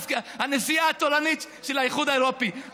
הנשיאה התורנית של האיחוד האירופי.